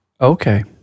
Okay